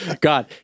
god